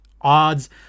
odds